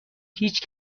هیچ